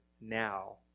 now